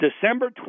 December